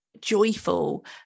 joyful